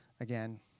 Again